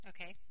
Okay